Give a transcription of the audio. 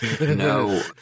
No